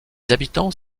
habitants